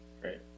great